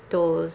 those